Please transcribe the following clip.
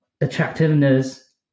attractiveness